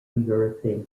polyurethane